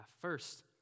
First